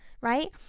right